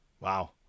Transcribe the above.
Wow